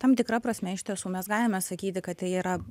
tam tikra prasme iš tiesų mes galime sakyti kad tai yra